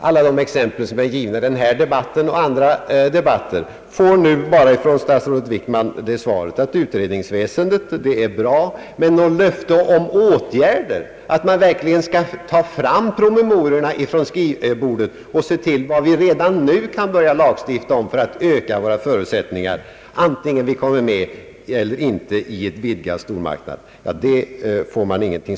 Alla de exempel på önskvärda åtgärder som är givna i denna debatt och i andra debatter får nu från statsrådet Wickman bara det svaret att utredningsväsendet är bra, men något löfte om åtgärder, att man verkligen skall ta fram promemoriorna ur skrivbordet och se till vad vi redan nu kan lagstifta om för att öka våra samarbets förutsättningar, antingen vi kommer med eller inte i en vidgad stormarknad, ges inte.